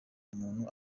umuntu